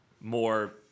more